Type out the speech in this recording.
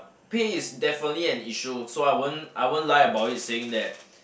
pay is definitely an issue so I won't I won't lie about it saying that